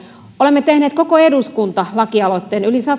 olemme koko eduskunta tehneet lakialoitteen yli